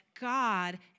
God